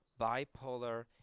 bipolar